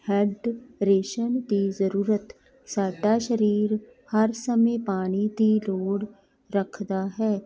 head ਰੇਸ਼ਮ ਦੀ ਜਰੂਰਤ ਸਾਡਾ ਸ਼ਰੀਰ ਹਰ ਸਮੇਂ ਪਾਣੀ ਦੀ ਲੋੜ ਰੱਖਦਾ ਹੈ